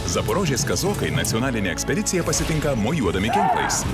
zaporožės kazokai nacionalinę ekspediciją pasitinka mojuodami ginklais